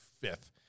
fifth